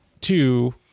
two